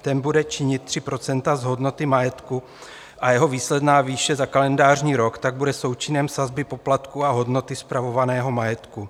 Ten bude činit 3 % z hodnoty majetku a jeho výsledná výše za kalendářní rok tak bude součinem sazby poplatku a hodnoty spravovaného majetku.